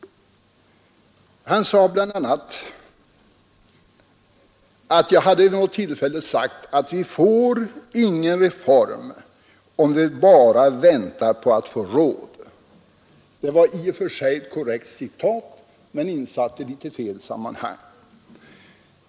Han sade bl.a. att jag vid något tillfälle sagt att vi får ingen reform om vi bara väntar på att få råd. Det var i och för sig ett korrekt citat, men det var insatt i ett litet felaktigt sammanhang.